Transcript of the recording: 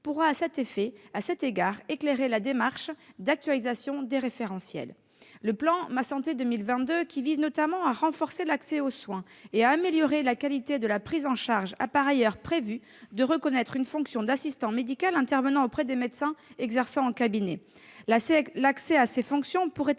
pourra à cet égard éclairer la démarche d'actualisation des référentiels. Dans le cadre du plan Ma santé 2022, qui vise notamment à renforcer l'accès aux soins et à améliorer la qualité de la prise en charge, il est par ailleurs prévu de reconnaître une fonction d'assistant médical intervenant auprès de médecins exerçant en cabinet. L'accès à ces fonctions pourrait être